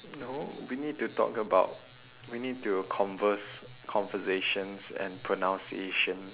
no we need to talk about we need to converse conversations and pronunciation